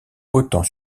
autant